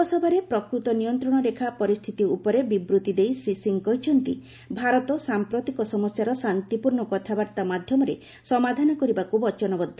ଲୋକସଭାରେ ପ୍ରକୃତ ନିୟନ୍ତ୍ରଣ ରେଖା ପରିସ୍ଥିତି ଉପରେ ବିବୃତି ଦେଇ ଶ୍ରୀ ସିଂହ କହିଛନ୍ତି ଭାରତ ସାମ୍ପ୍ରତିକ ସମସ୍ୟାର ଶାନ୍ତିପୂର୍ଣ୍ଣ କଥାବାର୍ତ୍ତା ମାଧ୍ୟମରେ ସମାଧାନ କରିବାକୁ ବଚନବଦ୍ଧ